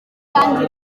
kandi